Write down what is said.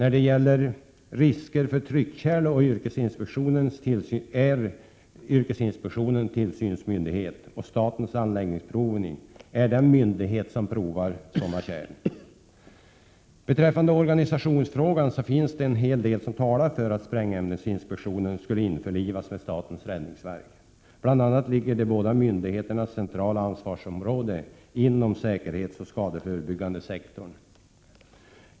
Yrkesinspektionen är tillsynsmyn myndighet som provar sådana kärl. I organisationsfrågan finns det en hel del som talar för att sprängämnesinspektionen skulle införlivas med statens räddningsverk. Bl. a. ligger de båda myndigheternas centrala ansvarsområde inom säkerhetsoch skadeförebyggande sektorn.